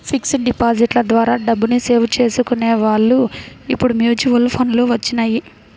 fixed డిపాజిట్ల ద్వారా డబ్బుని సేవ్ చేసుకునే వాళ్ళు ఇప్పుడు మ్యూచువల్ ఫండ్లు వచ్చినియ్యి